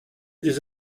des